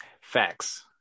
Facts